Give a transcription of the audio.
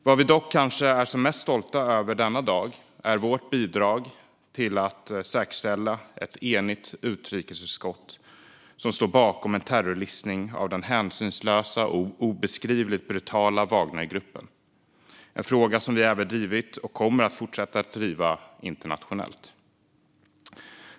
Vad vi dock kanske är mest stolta över denna dag är vårt bidrag till att säkerställa att ett enigt utrikesutskott står bakom en terrorlistning av den hänsynslösa och obeskrivligt brutala Wagnergruppen, en fråga som vi även drivit och kommer att fortsätta att driva internationellt.